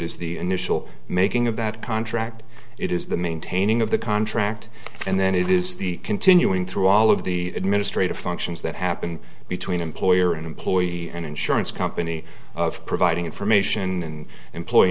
is the initial making of that contract it is the maintaining of the contract and then it is the continuing through all of the administrative functions that happen between employer and employee and insurance company of providing information in employee